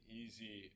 easy